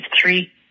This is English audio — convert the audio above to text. three